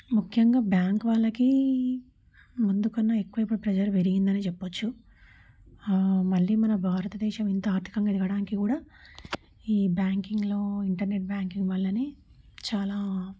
ముఖ్యంగా బ్యాంక్ వాళ్ళకీ ముందుకన్నా ఎక్కువ ఇప్పుడు ప్రెజర్ పెరిగిందనే చెప్పొచ్చు మళ్ళీ మన భారతదేశం ఇంత ఆర్ధికంగా ఎదగడానికి కూడా ఈ బ్యాంకింగ్లో ఇంటర్నెట్ బ్యాంకింగ్ వల్లనే చాలా